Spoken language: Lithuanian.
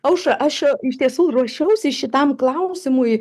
aušra aš iš tiesų ruošiausi šitam klausimui